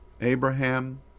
Abraham